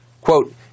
Quote